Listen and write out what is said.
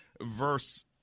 verse